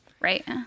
Right